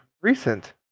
recent